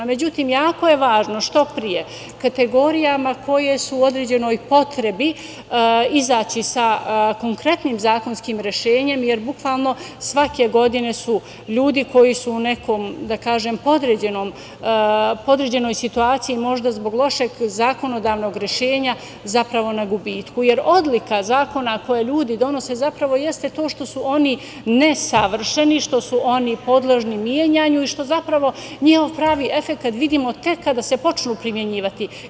Međutim, jako je važno što pre kategorijama koje su u određenoj potrebi izaći sa konkretnim zakonskim rešenjem, jer bukvalno svake godine su ljudi koji su u nekoj podređenoj situaciji, možda zbog lošeg zakonodavnog rešenja, zapravo na gubitku, jer odlika zakona koje ljudi donose zapravo jeste što su oni nesavršeni, što su oni podložni menjanju i što zapravo njihov pravi efekat vidimo tek kada se počnu primenjivati.